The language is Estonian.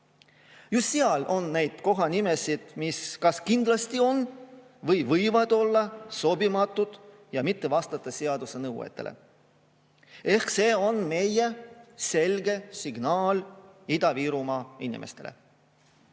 Just seal on neid kohanimesid, mis kas kindlasti on või võivad olla sobimatud ja mitte vastata seaduse nõuetele. Ehk siis see on meie selge signaal Ida-Virumaa inimestele. Kuid